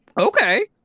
Okay